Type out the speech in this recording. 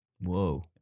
whoa